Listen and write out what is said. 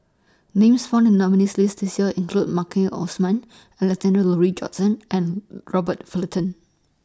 Names found in The nominees' list This Year include Maliki Osman Alexander Laurie Johnston and Robert Fullerton